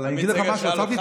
עמית סגל שאל אותך, יואב?